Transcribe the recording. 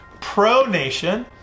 pronation